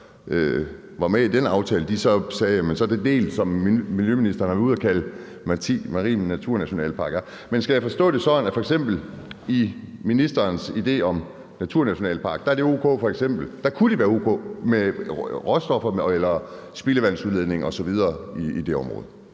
var med i denne aftale, så sagde, at det var en del af det, som miljøministeren har været ude at kalde marine naturnationalparker. Men skal jeg forstå det sådan, at det f.eks. i forbindelse med ministerens idé om en naturnationalpark kunne være o.k. med råstoffer eller spildevandsudledning osv. i det område?